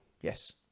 yes